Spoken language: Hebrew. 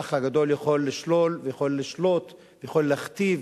"האח הגדול" יכול לשלול ויכול לשלוט ויכול להכתיב.